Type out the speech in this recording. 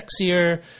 sexier